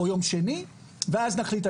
או יום שני ואז נחליט.